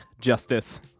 Justice